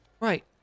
Right